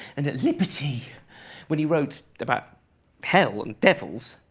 and at liberty when he wrote about hell and devils,